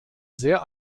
sehr